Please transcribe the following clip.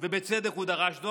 ובצדק הוא דרש זאת,